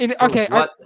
Okay